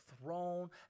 throne